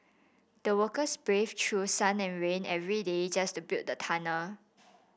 the workers braved through sun and rain every day just to build the tunnel